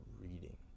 reading